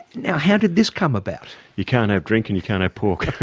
now how did this come about? you can't have drink and you can't have pork.